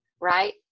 right